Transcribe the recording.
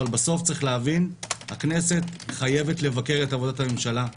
אבל יש להבין בסוף הכנסת חייבת לבקר את עבודת הממשלה,